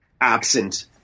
absent